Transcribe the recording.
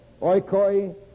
Oikoi